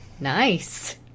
Nice